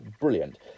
brilliant